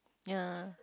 ya